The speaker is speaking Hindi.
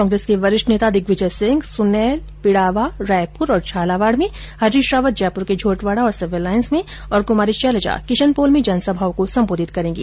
कांग्रेस के वरिष्ठ नेता दिग्विजय सिंह सुनेल पिडावा रायपुर और झालावाड में हरीश रावत जयपुर के झोटवाडा और सिविल लाईन में और क्मारी शैलजा किशनपोल में जनसभाओं को संबोधित करेंगी